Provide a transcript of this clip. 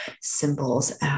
symbols